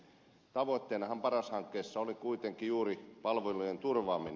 tavoitteenahan paras hankkeessa oli kuitenkin juuri palvelujen turvaaminen